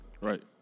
Right